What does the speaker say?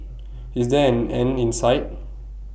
is there an end in sight